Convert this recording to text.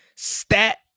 stat